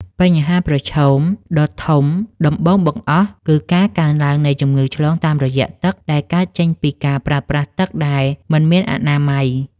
បញ្ហាប្រឈមដ៏ធំដំបូងបង្អស់ គឺការកើនឡើងនៃជំងឺឆ្លងតាមរយៈទឹក ដែលកើតចេញពីការប្រើប្រាស់ទឹកដែលមិនមានអនាម័យ។